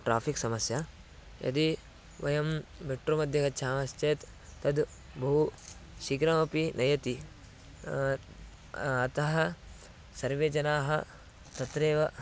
traffic समस्या यदि वयं मेट्रोमध्ये गच्छामश्चेत् तद् बहु शीघ्रमपि नयति अतः सर्वे जनाः तत्रैव